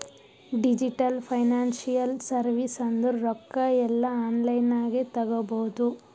digital financial service ಅಂದುರ್ ರೊಕ್ಕಾ ಎಲ್ಲಾ ಆನ್ಲೈನ್ ನಾಗೆ ತಗೋಬೋದು